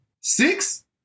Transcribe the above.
Six